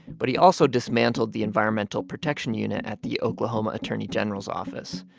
but he also dismantled the environmental protection unit at the oklahoma attorney general's office.